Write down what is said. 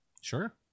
Sure